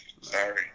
sorry